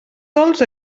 sòls